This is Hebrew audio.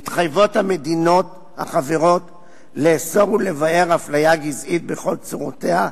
מתחייבות המדינות החברות לאסור ולבער אפליה גזעית בכל צורותיה,